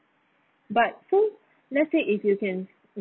but so let's say if you can